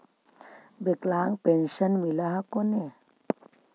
विकलांग पेन्शन मिल हको ने?